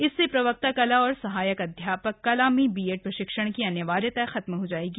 इससे प्रवक्ता कला और सहायक अध्या क कला में बीएड प्रशिक्षण की अनिवार्यता खत्म हो जाएगी